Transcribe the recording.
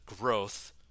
growth